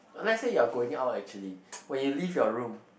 let's say you are going out actually when you leave your room